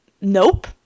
nope